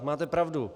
Máte pravdu.